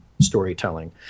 storytelling